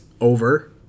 over